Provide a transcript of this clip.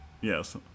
Yes